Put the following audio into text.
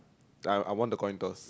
I I want the coin girls